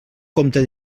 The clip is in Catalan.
compte